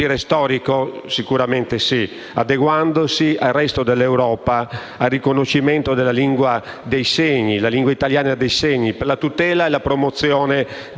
Come dicevo, l'Italia si adegua all'Europa, dove la LIS ha avuto un riconoscimento al più alto livello con due risoluzioni del Parlamento europeo,